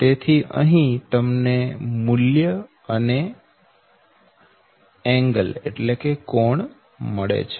તેથી અહી તમને મૂલ્ય અને કોણ મળે છે